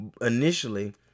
initially